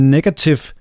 Negative